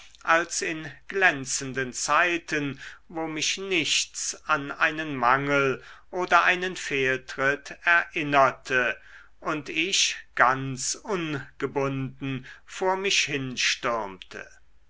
als in glänzenden zeiten wo mich nichts an einen mangel oder einen fehltritt erinnerte und ich ganz ungebunden vor mich hinstürmte